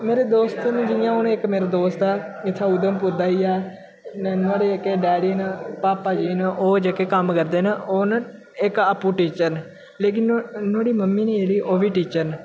मेरे दोस्त न जियां हून इक मेरा दोस्त ऐ इत्थै उधमपुर दा ही ऐ नुहाड़े जेह्के डैडी न पापा जी न ओह जेह्के कम्म करदे न ओह् न आपूं इक टीचर न लेकिन नुहाड़ी मम्मी न जेह्ड़ी ओह् बी टीचर न